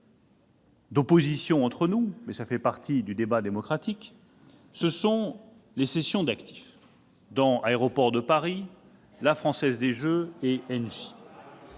d'opposition entre nous- mais cela fait partie du débat démocratique -, les cessions d'actifs dans Aéroports de Paris, la Française des jeux et Engie.